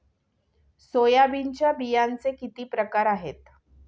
सोयाबीनच्या बियांचे किती प्रकार आहेत?